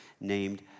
named